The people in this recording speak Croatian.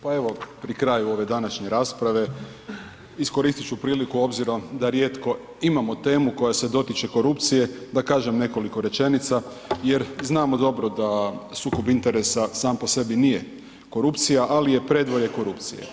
Pa evo pri kraju ove današnje rasprave iskoristit ću priliku da rijetko imamo temu koja se dotiče korupcije da kažem nekoliko rečenica jer znamo dobro da sukob interesa sam po sebi nije korupcija ali je predvorje korupcije.